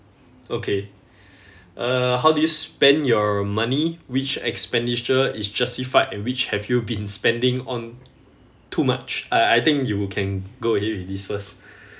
okay uh how do you spend your money which expenditure is justified and which have you been spending on too much I I think you can go ahead with this first